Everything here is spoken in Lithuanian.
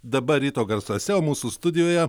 dabar ryto garsuose mūsų studijoje